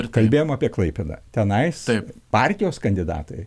ir kalbėjom apie klaipėdą tenai taip partijos kandidatai